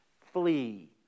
flee